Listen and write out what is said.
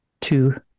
two